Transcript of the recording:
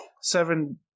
seven